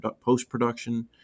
post-production